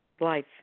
life